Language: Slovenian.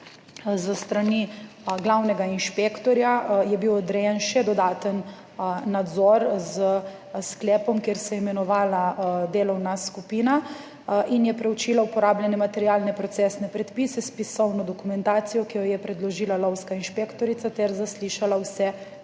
s strani glavnega inšpektorja odrejen še dodaten nadzor s sklepom, kjer se je imenovala delovna skupina in je preučila uporabljene materialno procesne predpise s spisovno dokumentacijo, ki jo je predložila lovska inšpektorica ter zaslišala vse